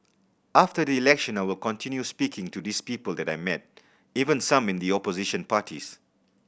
after the election I will continue speaking to these people that I met even some in the opposition parties